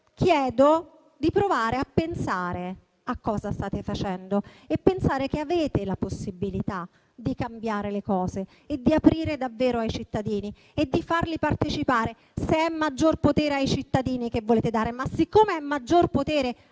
chiedo di provare a pensare a cosa state facendo; a pensare che avete la possibilità di cambiare le cose e di aprire davvero ai cittadini e di farli partecipare. E questo, se è maggior potere ai cittadini che volete dare. Ma, siccome è maggior potere